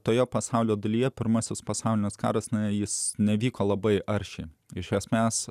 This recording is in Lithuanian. toje pasaulio dalyje pirmasis pasaulinis karas nuėjo jis nevyko labai arši iš jos mes